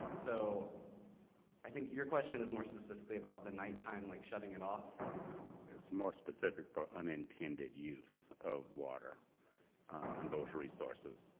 so i think your question is more specifically about the nighttime like shutting it off it's more specific for unintended use of water and those resources